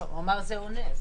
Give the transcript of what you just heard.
הוא אמר שזה עונה.